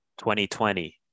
2020